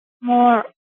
more